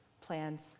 plans